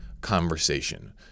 conversation